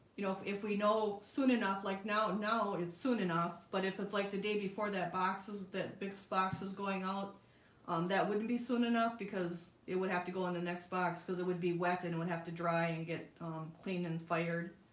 you know if if we know soon enough like now now it's soon enough but if it's like the day before that boxes that this box is going out um that wouldn't be soon enough because it would have to go in the next box because it would be wet and it would have to dry and get um cleaned and fired